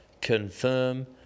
confirm